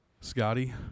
Scotty